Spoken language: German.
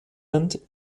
island